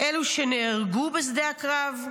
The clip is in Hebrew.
אלה שנהרגו בשדה הקרב?